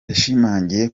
yashimangiye